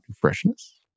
freshness